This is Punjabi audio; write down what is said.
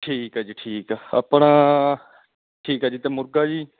ਠੀਕ ਹੈ ਜੀ ਠੀਕ ਹੈ ਆਪਣਾ ਠੀਕ ਹੈ ਜੀ ਅਤੇ ਮੁਰਗਾ ਜੀ